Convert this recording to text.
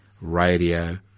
Radio